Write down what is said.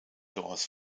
doors